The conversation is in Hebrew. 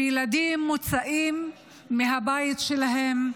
כשילדים מוצאים מהבית שלהם,